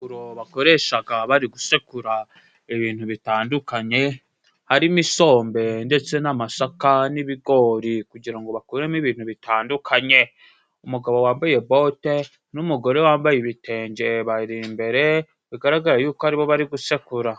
Isekuru bakoreshaga bari gusekura ibintu bitandukanye, harimo isombe ndetse n'amasaka n'ibigori, kugira bakuremo ibintu bitandukanye. Umugabo wambaye bote n'umugore wambaye ibitenge bayiri imbere, bigaragaraye yuko ari bo bari gusekura.